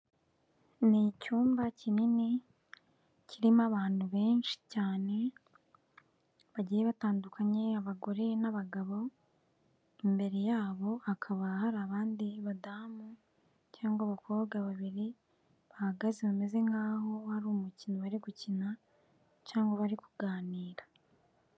Ni icyumba kinini, kirimo abantu benshi cyane, bagiye batandukanye, abagore n'abagabo, imbere yabo hakaba hari abandi badamu cyangwa abakobwa babiri bahagaze, bameze nk'aho ari umukino bari gukina cyangwa bari kuganira.